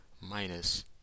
minus